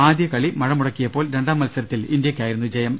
ആദ്യ കളി മഴ മുടക്കിയപ്പോൾ രണ്ടാം മത്സരത്തിൽ ഇന്ത്യക്കായിരുന്നു ജയം